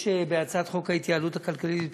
בהצעת חוק ההתייעלות הכלכלית,